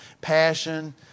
passion